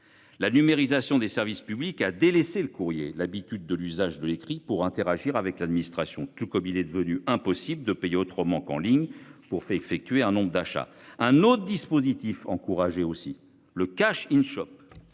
La numérisation des services publics a délaissé le courrier l'habitude de l'usage de l'écrit pour interagir avec l'administration, tout comme il est devenu impossible de payer autrement qu'en ligne pour fait effectuer un nombre d'achat un autre dispositif encourager aussi le cash in shop.